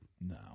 No